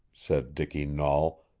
said dicky nahl,